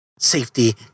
Safety